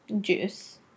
Juice